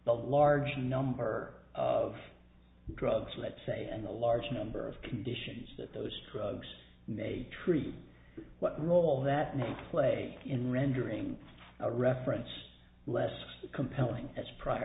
the large number of drugs let's say and a large number of conditions that those may truly what role that may play in rendering a reference less compelling as prior